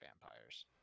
vampires